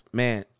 man